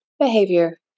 behavior